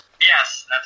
Yes